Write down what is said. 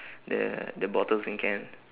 the the bottles and can